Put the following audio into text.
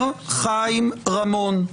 אומר חיים רמון,